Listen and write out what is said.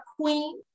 queen